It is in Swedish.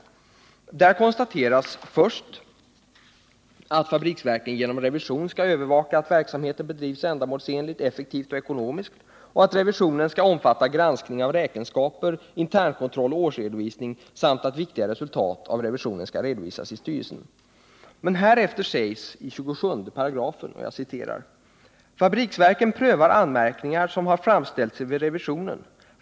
Där konstateras först: ”Fabriksverken skall genom revision övervaka att verksamheten bedrives ändamålsenligt, effektivt och ekonomiskt ———. Revisionen skall vidare omfatta granskning av räkenskaper, intern kontroll och årsredovisning. Viktigare resultat av revisionen skall redovisas för styrelsen.” Härefter framhålls i 27 §: ”Fabriksverken prövar anmärkningar som har framställts vid revisionen.